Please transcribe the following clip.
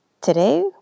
Today